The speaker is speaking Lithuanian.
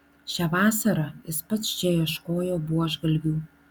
šią vasarą jis pats čia ieškojo buožgalvių